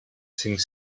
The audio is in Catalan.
cinc